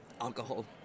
alcohol